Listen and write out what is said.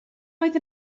oedd